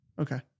Okay